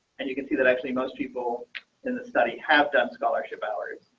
and you can see that actually, most people in the study have done scholarship hours.